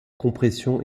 compression